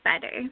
better